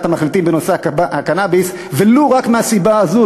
המחליטים בנושא הקנאביס ולו רק מהסיבה הזו,